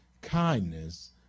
kindness